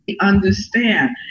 understand